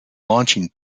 launching